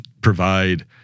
provide